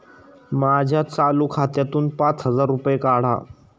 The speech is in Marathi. माझ्या चालू खात्यातून पाच हजार रुपये काढा